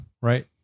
right